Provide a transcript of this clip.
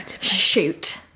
Shoot